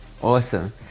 Awesome